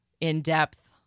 in-depth